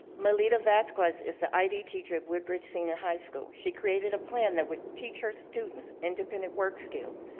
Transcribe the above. malita vasquez is the id teacher of woodbridge senior high school. she created a plan that would teach her students independent work skills.